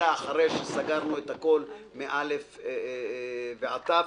אלא לאחר שסגרנו את הכול מאל"ף ועד תי"ו,